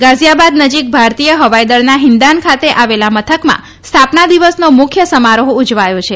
ગાઝીયાબાદ નજીક ભારતીય હવાઇ દળના ફિંદાન ખાતે આવેલા મથકમાં સ્થાપના દિવસનો મુખ્ય સમારોહ ઉજવાયો છે